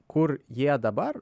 kur jie dabar